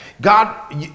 God